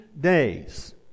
days